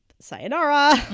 sayonara